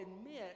admit